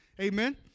Amen